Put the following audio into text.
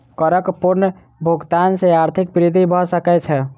करक पूर्ण भुगतान सॅ आर्थिक वृद्धि भ सकै छै